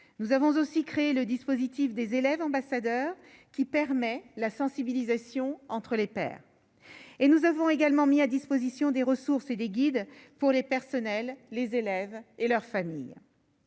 nous avons aussi créé le dispositif des élèves ambassadeurs qui permet la sensibilisation entre les pères et nous avons également mis à disposition des ressources et des guides pour les personnels, les élèves et leurs familles,